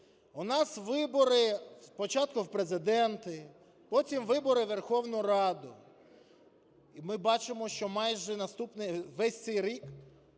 У нас вибори спочатку в Президенти, потім вибори в Верховну Раду. Ми бачимо, що майже наступний, весь цей рік